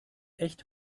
echt